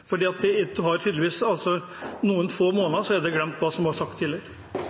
noen få måneder, så er det som var sagt tidligere,